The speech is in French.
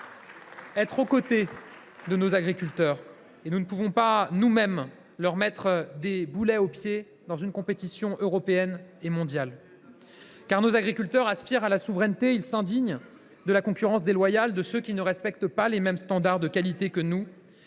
être aux côtés de nos agriculteurs et nous ne pouvons pas nous mêmes leur mettre des boulets aux pieds dans une compétition européenne et mondiale. Nos agriculteurs aspirent à la souveraineté. Ils s’indignent de la concurrence déloyale de ceux qui ne respectent pas les mêmes standards de qualité que nous.